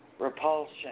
repulsion